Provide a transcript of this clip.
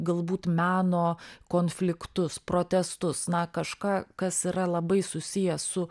galbūt meno konfliktus protestus na kažką kas yra labai susiję su